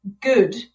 good